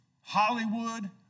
Hollywood